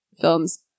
films